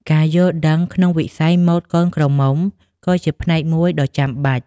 ការយល់ដឹងក្នុងវិស័យម៉ូដកូនក្រមុំក៏ជាផ្នែកមួយដ៏ចាំបាច់។